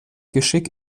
geschick